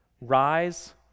rise